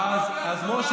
אז משה,